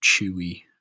chewy